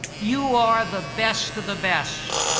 you are the best of the best,